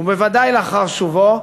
ובוודאי לאחר שובו,